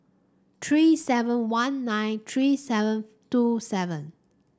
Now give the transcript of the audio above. three seven one nine three seven two seven